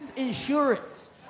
Insurance